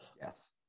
Yes